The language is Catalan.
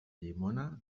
llimona